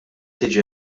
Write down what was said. tiġi